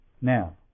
Now